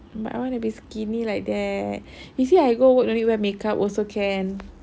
but I want to be skinny like that you see I go work no need to wear makeup also can